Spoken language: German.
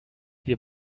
wir